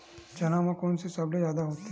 चना म कोन से सबले जादा होथे?